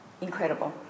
incredible